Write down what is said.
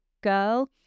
girl